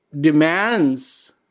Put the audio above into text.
demands